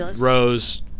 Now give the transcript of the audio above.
Rose